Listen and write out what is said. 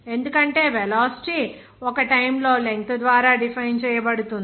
ఎందుకంటే వెలాసిటీ ఒక టైమ్ లో లెంగ్త్ ద్వారా డిఫైన్ చేయబడుతుంది